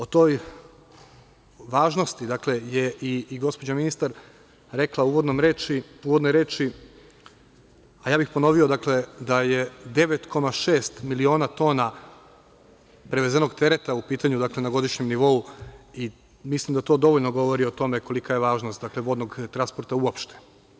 O toj važnosti je i gospođa ministar rekla u uvodnoj reči, a ja bih ponovio, da je 9,6 miliona tona prevezenog tereta u pitanju na godišnjem nivou i mislim da to dovoljno govori o tome kolika je važnost vodnog transporta uopšte.